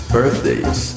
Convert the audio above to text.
birthdays